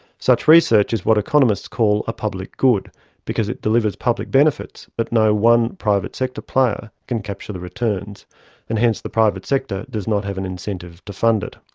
such research is what economists call a public good because it delivers public benefits but no one private sector player can capture the returns and hence the private sector does not have an incentive to fund it.